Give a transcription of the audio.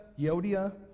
Yodia